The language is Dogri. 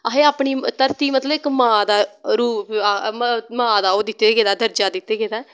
असें अपनी धरती मतलव इक मां दा रूप मां दा ओह् दित्ता गेदा दर्जा दित्ते गेदा ऐ